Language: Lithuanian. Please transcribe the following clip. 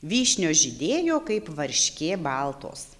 vyšnios žydėjo kaip varškė baltos